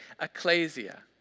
ecclesia